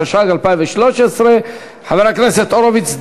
התשע"ג 2013. חבר הכנסת הורוביץ.